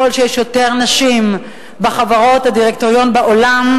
שיש יותר נשים בדירקטוריונים של חברות,